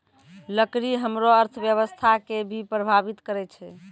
लकड़ी हमरो अर्थव्यवस्था कें भी प्रभावित करै छै